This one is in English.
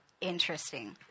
Interesting